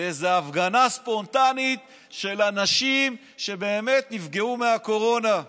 באיזו הפגנה ספונטנית של אנשים שבאמת נפגעו מהקורונה.